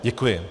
Děkuji.